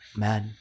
man